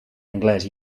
anglès